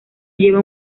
lleva